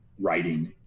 writing